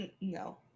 No